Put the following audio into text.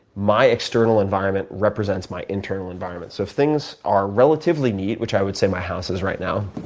my external environment represents my internal environment. so if things are relatively neat, which i would say my house is right now,